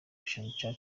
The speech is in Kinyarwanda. christian